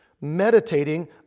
meditating